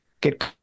get